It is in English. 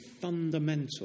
fundamental